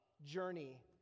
journey